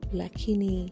lakini